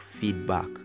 feedback